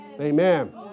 Amen